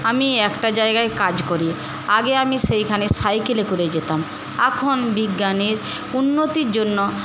আমি একটা জায়গায় কাজ করি আগে আমি সেইখানে সাইকেলে করে যেতাম এখন বিজ্ঞানের উন্নতির জন্য